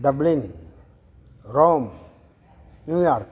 dublin Rome New York